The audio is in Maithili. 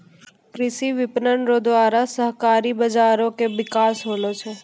कृषि विपणन रो द्वारा सहकारी बाजारो के बिकास होलो छै